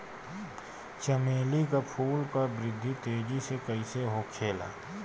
चमेली क फूल क वृद्धि तेजी से कईसे होखेला?